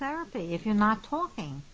therapy if you're not talking